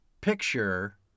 picture